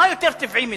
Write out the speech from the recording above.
מה יותר טבעי מזה?